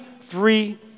three